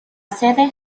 sede